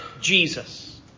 Jesus